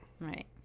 Right